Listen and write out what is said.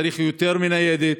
צריך יותר מניידת,